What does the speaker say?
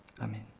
Amen